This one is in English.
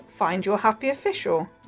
findyourhappyofficial